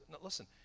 Listen